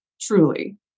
truly